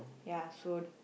ya so